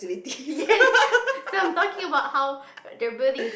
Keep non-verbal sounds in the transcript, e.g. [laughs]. yes [laughs] so I'm talking about how they are building